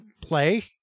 play